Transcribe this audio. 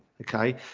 okay